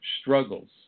struggles